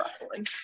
wrestling